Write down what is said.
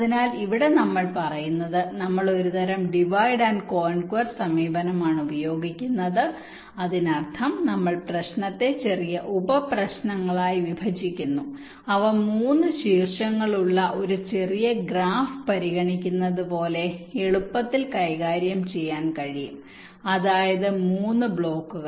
അതിനാൽ ഇവിടെ നമ്മൾ പറയുന്നത് നമ്മൾ ഒരുതരം ഡിവൈഡ് ആൻഡ് കോൺക്യുർ സമീപനമാണ് ഉപയോഗിക്കുന്നത് അതിനർത്ഥം നമ്മൾ പ്രശ്നത്തെ ചെറിയ ഉപപ്രശ്നങ്ങളായി വിഭജിക്കുന്നു അവ 3 ശീർഷങ്ങളുള്ള ഒരു ചെറിയ ഗ്രാഫ് പരിഗണിക്കുന്നതുപോലെ എളുപ്പത്തിൽ കൈകാര്യം ചെയ്യാൻ കഴിയും അതായത് 3 ബ്ലോക്കുകൾ